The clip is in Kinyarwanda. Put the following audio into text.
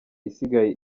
isigaye